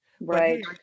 right